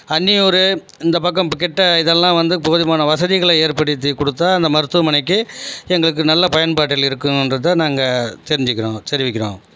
அன்னியூரு இந்த பக்கம் இப்போ கிட்ட இதெல்லாம் வந்து போதுமான வசதிகளை ஏற்படுத்தி கொடுத்தா அந்த மருத்துவமனைக்கு எங்களுக்கு நல்ல பயன்பாட்டில் இருக்குன்றதை நாங்கள் தெரிஞ்சுக்கிறோம் தெரிவிக்கிறோம்